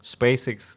SpaceX